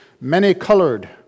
many-colored